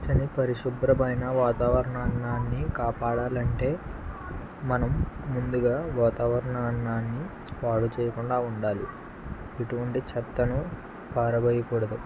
పచ్చని పరిశుభ్రమైన వాతావరణాన్ని కాపాడాలంటే మనం ముందుగా వాతావరణాన్ని పాడు చేయకుండా ఉండాలి ఎటువంటి చెత్తను పారేయకూడదు